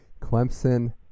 Clemson